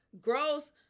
gross